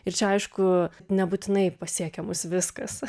ir čia aišku nebūtinai pasiekia mus viskas